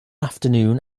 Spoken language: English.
afternoon